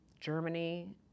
Germany